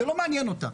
זה לא מעניין אותה.